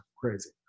crazy